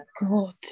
god